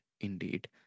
indeed